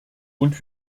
und